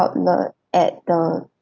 outlet at the